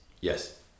yes